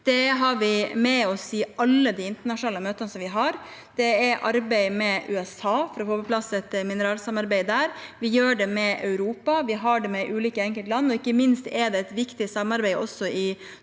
Det har vi med oss i alle de internasjonale møtene vi har. Det er et arbeid med USA for å få på plass et mineralsamarbeid der. Vi gjør det med Europa, vi har det med ulike enkeltland, og ikke minst er det et viktig samarbeid også i